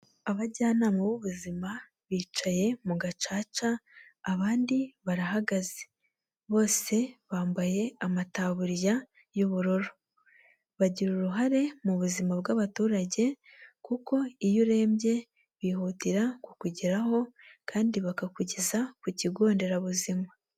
Abajyanama b'ubuzima bicaye mu gacaca, abandi barahagaze, bose bambaye amataburiya y'ubururu bagira uruhare mu buzima bw'abaturage, kuko iyo urembye bihutira kukugeraho kandi bakakugeza ku kigo nderabuzima.